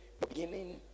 Beginning